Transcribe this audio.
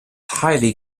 highly